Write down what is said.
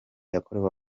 yakorewe